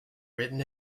written